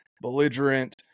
belligerent